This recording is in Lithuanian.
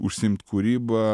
užsiimt kūryba